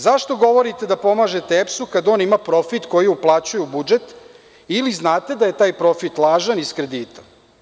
Zašto govorite da pomažete EPS-u kada on ima profit koji uplaćuje u budžet ili znate da je taj profit lažan ili iz kredita?